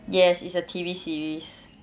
yes it's a T_V series